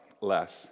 less